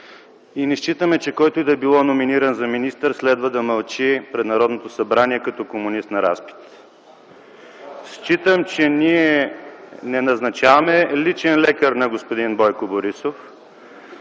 Не считаме, че който и да било, номиниран за министър следва да мълчи пред Народното събрание като комунист на разпит. (Оживление.) Считам, че ние не назначаваме личен лекар на господин Бойко Борисов,